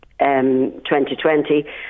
2020